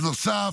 בנוסף,